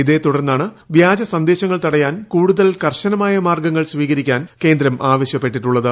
ഇതേത്തുടർന്നാണ് വ്യാജ സ ന്ദേശങ്ങൾ തടയാൻ കൂടുതൽ കർശനമായ മാർഗ്ഗങ്ങൾ സ്വീകരി ക്കാൻ കേന്ദ്രം ആവശ്യപ്പെട്ടിട്ടുള്ളത്